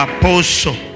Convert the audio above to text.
Apostle